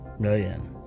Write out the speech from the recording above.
million